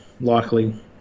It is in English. likely